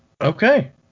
Okay